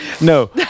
no